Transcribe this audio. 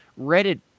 reddit